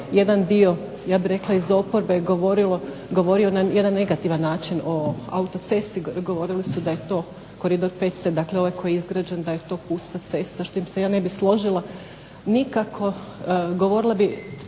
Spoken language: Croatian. jedan dio, ja bih rekla iz oporbe je govorio na jedan negativan način o autocesti. Govorili su da je to koridor VC, dakle ovaj koji je izgrađen da je to pusta cesta s čim se ja ne bih složila nikako. Govorila bih,